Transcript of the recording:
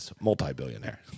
multi-billionaire